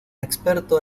experto